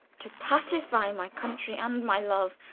to pacify my country and my love,